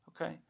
okay